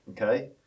Okay